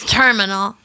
terminal